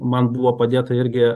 man buvo padėta irgi